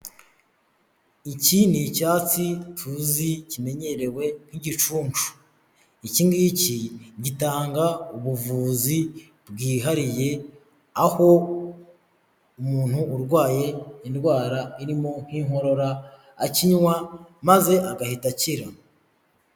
Iki ni icyatsi tuzi kimenyerewe nk'igicuncu. Ikingiki gitanga ubuvuzi bwihariye, aho umuntu urwaye indwara irimo nk'inkorora akinywa maze agahita akira.